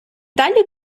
далі